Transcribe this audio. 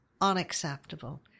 unacceptable